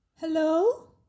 Hello